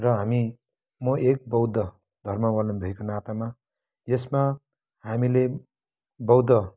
र हामी म एक बौद्ध धर्मावलम्बीको नातामा यसमा हामीले बौद्ध